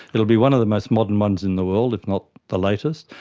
it will be one of the most modern ones in the world, if not the latest.